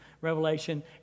Revelation